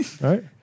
right